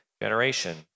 generation